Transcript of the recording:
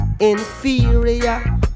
Inferior